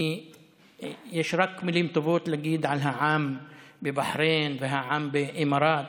יש רק מילים טובות להגיד על העם בבחריין והעם באמירויות.